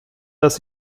dass